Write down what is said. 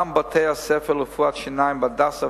גם בתי-הספר לרפואת שיניים ב"הדסה",